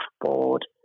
board